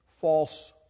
false